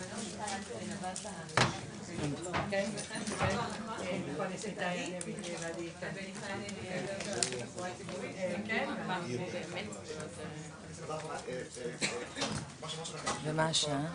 הישיבה ננעלה בשעה 11:43.